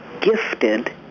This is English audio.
gifted